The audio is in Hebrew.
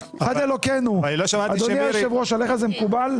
אדוני היושב ראש, עליך זה מקובל?